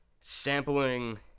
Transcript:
sampling